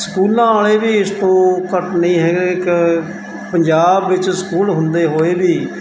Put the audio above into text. ਸਕੂਲਾਂ ਵਾਲੇ ਵੀ ਇਸ ਤੋਂ ਘੱਟ ਨਹੀਂ ਹੈਗੇ ਇੱਕ ਪੰਜਾਬ ਵਿੱਚ ਸਕੂਲ ਹੁੰਦੇ ਹੋਏ ਵੀ